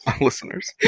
listeners